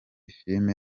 filime